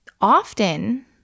often